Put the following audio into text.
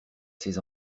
ses